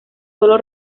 solo